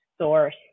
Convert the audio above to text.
source